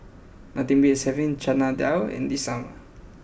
nothing beats having Chana Dal in the summer